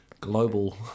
global